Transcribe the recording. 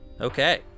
Okay